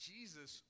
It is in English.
Jesus